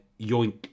yoink